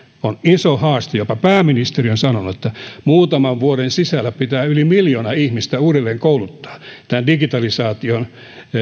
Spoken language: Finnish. on iso haaste jopa pääministeri on sanonut että muutaman vuoden sisällä pitää yli miljoona ihmistä uudelleenkouluttaa digitalisaation